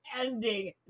ending